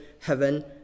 heaven